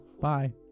Bye